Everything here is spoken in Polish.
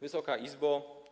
Wysoka Izbo!